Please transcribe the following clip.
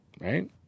right